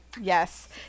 yes